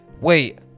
wait